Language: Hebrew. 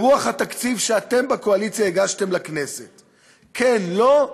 ברוח התקציב שאתם בקואליציה הגשתם לכנסת "כן, לא,